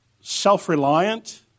self-reliant